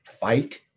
fight